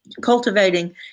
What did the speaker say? cultivating